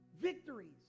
Victories